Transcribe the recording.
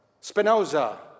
Spinoza